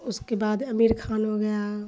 اس کے بعد امیر خان ہو گیا